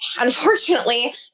Unfortunately